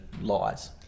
lies